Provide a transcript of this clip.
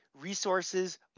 resources